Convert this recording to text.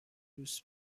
دوست